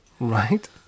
Right